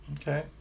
okay